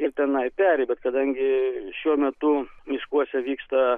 ir tenai peri bet kadangi šiuo metu miškuose vyksta